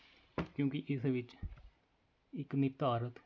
ਕਿਉਂਕਿ ਇਸ ਵਿੱਚ ਇੱਕ ਨਿਰਧਾਰਿਤ